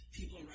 people